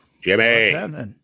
Jimmy